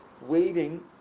waiting